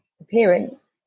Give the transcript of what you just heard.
appearance